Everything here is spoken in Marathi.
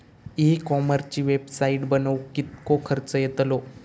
ई कॉमर्सची वेबसाईट बनवक किततो खर्च येतलो?